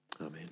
Amen